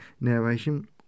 narration